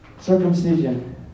Circumcision